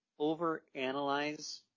overanalyze